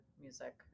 music